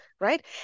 right